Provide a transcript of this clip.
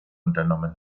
unternommen